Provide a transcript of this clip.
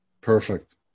Perfect